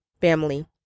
family